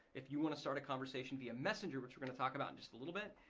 if you want to start a conversation via messenger which we're gonna talk about in just a little bit,